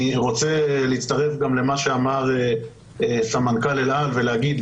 אני רוצה להצטרף למה שאמר סמנכ"ל אל על ולהגיד,